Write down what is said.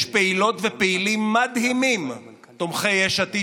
יש פעילות ופעילים מדהימים תומכי יש עתיד